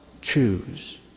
choose